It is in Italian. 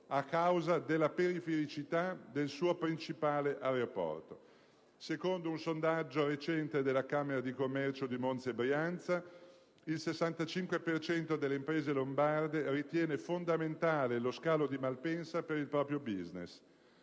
a causa della perifericità del suo principale aeroporto. Secondo un recente sondaggio della camera di commercio di Monza e Brianza, il 65 per cento delle imprese lombarde ritiene fondamentale lo scalo di Malpensa per il proprio *business*.